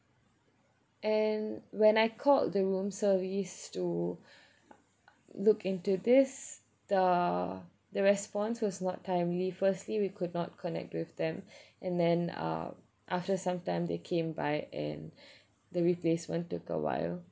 and when I called the room service to look into this the the response was not timely firstly we could not connect with them and then uh after some time they came by and the replacement took a while